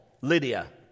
Lydia